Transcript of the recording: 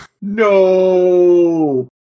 No